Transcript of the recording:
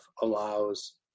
allows